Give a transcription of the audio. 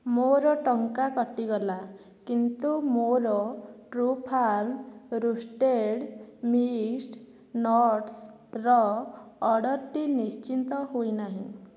ମୋର ଟଙ୍କା କଟିଗଲା କିନ୍ତୁ ମୋର ଟ୍ରୁଫାର୍ମ ରୋଷ୍ଟେଡ଼୍ ମିକ୍ସଡ଼୍ ନଟସ୍ର ଅର୍ଡ଼ରଟି ନିଶ୍ଚିନ୍ତ ହୋଇନାହିଁ